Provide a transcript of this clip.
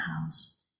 house